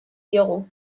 diogu